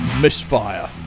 Misfire